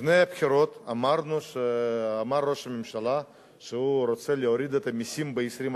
לפני הבחירות אמר ראש הממשלה שהוא רוצה להוריד את המסים ב-20%.